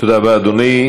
תודה רבה, אדוני.